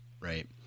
Right